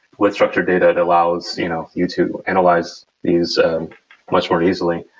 with structured data, it allows you know you to analyze these much more easily.